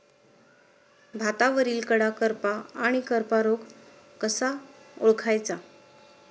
भातावरील कडा करपा आणि करपा रोग कसा ओळखायचा?